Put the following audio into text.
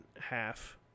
half